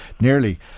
nearly